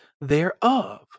thereof